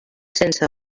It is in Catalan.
sense